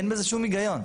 אין בזה שום היגיון.